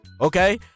Okay